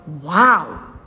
wow